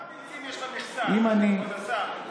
כמה ביצים יש למכסה, כבוד השר?